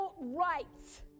rights